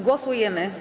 Głosujemy.